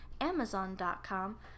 Amazon.com